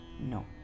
No